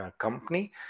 company